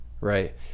right